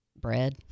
Bread